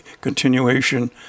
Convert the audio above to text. continuation